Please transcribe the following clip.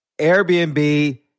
Airbnb